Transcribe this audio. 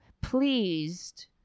pleased